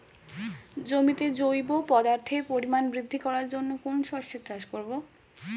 জমিতে জৈব পদার্থের পরিমাণ বৃদ্ধি করার জন্য কোন শস্যের চাষ করবো?